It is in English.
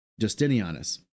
Justinianus